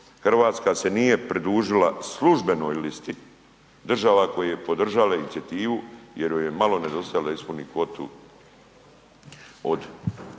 Hrvatska se nije pridružila službenoj listi država koje su podržale inicijativu jer joj je malo nedostajalo da ispuni kvotu od